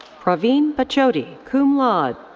praveen bachoti, cum laude.